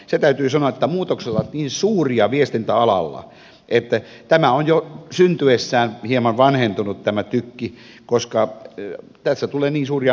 se täytyy sanoa että muutokset ovat niin suuria viestintäalalla että tämä tykki on jo syntyessään hieman vanhentunut koska tässä tulee niin suuria muutoksia